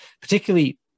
particularly